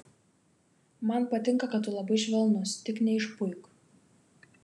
man patinka kad tu labai švelnus tik neišpuik